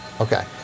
Okay